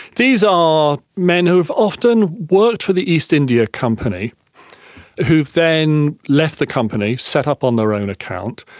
these are men who have often worked with the east india company who have then left the company, set up on their own account.